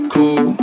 Cool